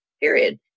period